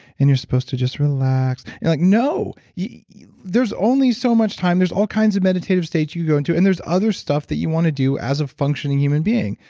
and you're supposed to just relax. you're like no, there's only so much time. there's all kinds of meditative states you go into. and there's other stuff that you want to do as a functioning human being.